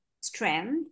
strength